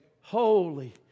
holy